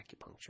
acupuncture